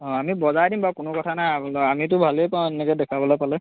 অঁ আমি বজাই দিম বাৰু কোনো কথা নাই আমিতো ভালেই পাওঁ তেনেকৈ দেখাবলৈ পালে